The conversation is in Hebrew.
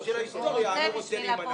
בשביל ההיסטוריה, אני רוצה להימנע.